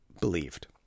believed